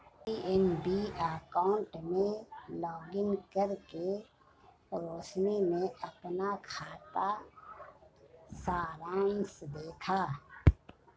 PNB account में login करके रोशनी ने अपना खाता सारांश देखा